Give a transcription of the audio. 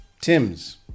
tims